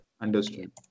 Understood